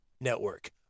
network